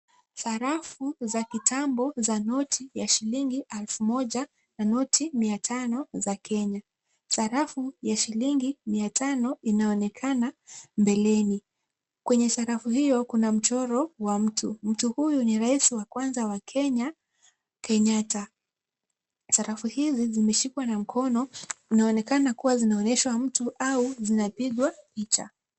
Sarafu za kitambo za noti ya shilingi elfu moja na noti mia tano za Kenya. Sarafu ya shilingi mia tano inaonekana mbeleni. Kwenye sarafu hiyo kuna mchoro wa mtu. Mtu huyu ni rais wa kwanza wa Kenya, Kenyatta. Sarafu hizi zimeshikwa na mkono, inaonekana kuwa zinaonyeshwa mtu au zinapigwa picha.